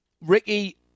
Ricky